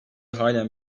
halen